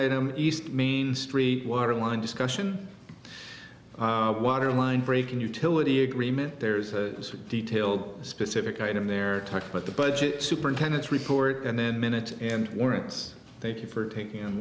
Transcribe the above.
item east main street water line discussion water line breaking utility agreement there's a detailed specific item they're touched but the budget superintendents report and then minutes and warrants thank you for taking